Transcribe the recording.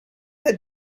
had